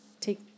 take